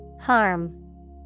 Harm